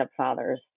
stepfathers